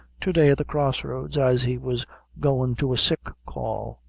to day at the cross roads, as he was goin' to a sick call.